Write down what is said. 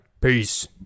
Peace